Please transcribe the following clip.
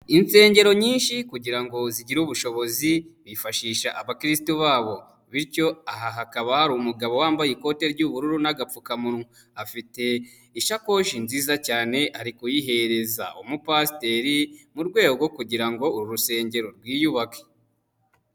Insengero nyinshi kugira ngo zigire ubushobozi, bifashisha abakiriristu babo, bityo aha hakaba hari umugabo wambaye ikote ry'ubururu n'agapfukamunwa. Afite isakoshi nziza cyane, ari kuyihereza umupasiteri mu rwego kugira ngo uru rusengero rwiyubake.